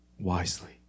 wisely